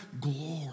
glory